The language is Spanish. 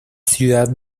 ciudad